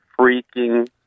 freaking